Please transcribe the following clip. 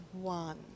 one